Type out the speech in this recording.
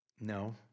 No